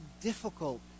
difficult